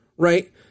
right